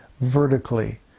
vertically